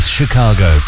Chicago